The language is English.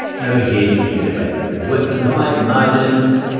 and over here you can see the basics, it's width and height, margins,